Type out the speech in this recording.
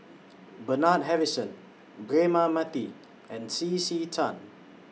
Bernard Harrison Braema Mathi and C C Tan